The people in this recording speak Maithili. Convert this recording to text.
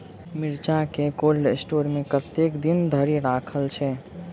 मिर्चा केँ कोल्ड स्टोर मे कतेक दिन धरि राखल छैय?